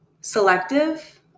selective